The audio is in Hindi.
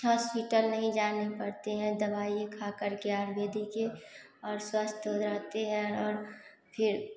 हॉस्पिटल नहीं जाने पड़ते हैं दवाई खा कर के आयुर्वेदिक और स्वस्थ हो जाते हैं और फिर